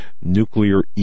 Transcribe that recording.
nuclear